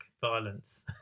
violence